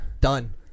Done